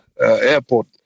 airport